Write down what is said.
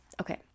okay